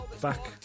back